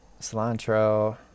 Cilantro